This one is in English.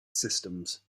systems